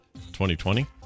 2020